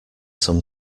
some